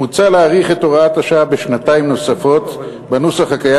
מוצע להאריך את תוקף הוראת השעה בשנתיים נוספות בנוסח הקיים,